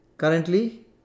Currently